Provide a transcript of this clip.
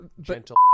Gentle